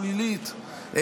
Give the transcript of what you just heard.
והייתי אומר הרתעה שלילית,